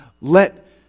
let